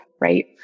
Right